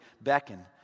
beckon